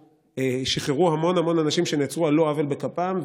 הם שחררו המון המון אנשים שנעצרו על לא עוול בכפם,